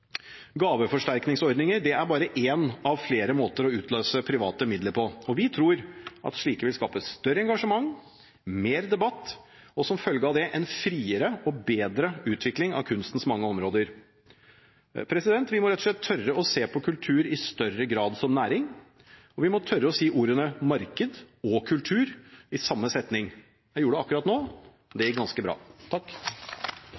Gaveforsterkningsordninger er bare én av flere måter å utløse private midler på. Vi tror at slike vil skape større engasjement, mer debatt og, som en følge av det, en friere og bedre utvikling av kunstens mange områder. Vi må rett og slett tørre å se på kultur i større grad som næring. Vi må tørre å si ordene marked og kultur i samme setning. Jeg gjorde det akkurat nå.